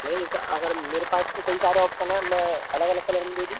नहीं ऐसा अगर मेरे पास तो कई सारे ऑप्सन हैं मैं अलग अलग कलर में दे दूँ